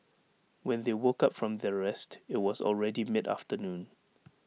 when they woke up from their rest IT was already mid afternoon